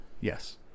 Yes